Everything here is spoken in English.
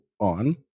on